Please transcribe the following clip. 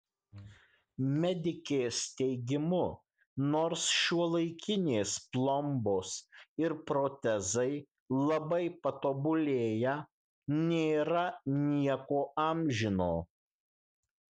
medikės teigimu nors šiuolaikinės plombos ir protezai labai patobulėję nėra nieko amžino